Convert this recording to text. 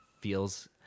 feels